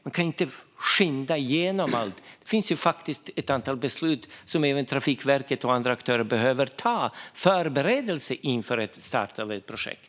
Man kan inte skynda igenom allt, utan det finns ett antal beslut som även Trafikverket och andra aktörer behöver fatta när det gäller förberedelser inför starten av ett projekt.